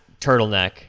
turtleneck